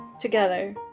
Together